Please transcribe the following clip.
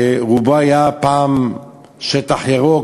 שרובו היה פעם שטח ירוק.